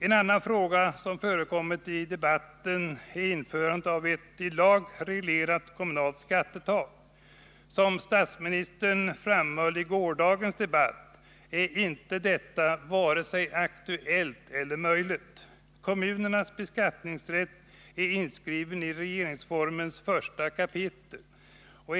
En annan fråga som har berörts i debatten är införande av ett i lag reglerat skattetak. Som statsministern framhöll i gårdagens debatt är detta vare sig aktuellt eller möjligt. Kommunernas beskattningsrätt är inskriven i regeringsformens 1 kap.